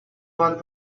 want